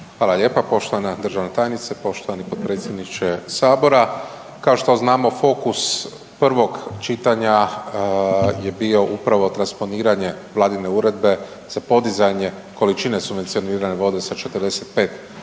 Hvala lijepo. Poštovana državna tajnice, poštovani potpredsjedniče HS-a. Kao što znamo fokus prvog čitanja je bio upravo transponiranje vladine uredbe za podizanje količine subvencionirane vode sa 45